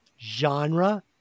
genre